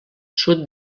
sud